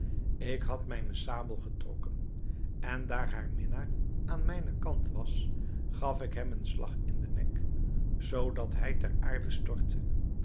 ik had mijne sabel getrokken en daar haar minnaar aan mijnen kant was gaf ik hem een slag in den nek zoodat hij ter aarde stortte